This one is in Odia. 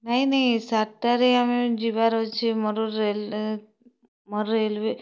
ନାଇଁ ନାଇଁ ସାତ୍ଟାରେ ଆମେ ଯିବାର୍ ଅଛେ ମୋର୍ ରେଲ୍ ମୋର୍ ରେଲ୍ଓ୍ୱେ